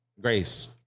grace